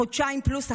חודשיים פלוס אחרי,